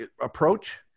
approach